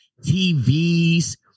tvs